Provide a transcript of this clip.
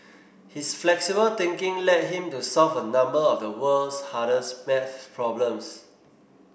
his flexible thinking led him to solve a number of the world's hardest maths problems